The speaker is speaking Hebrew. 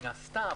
היא נעשתה.